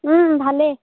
ভালেই